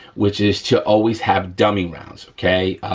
which is to always have dummy rounds, okay?